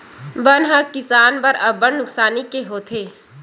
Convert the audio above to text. बन ह किसान बर अब्बड़ नुकसानी के होथे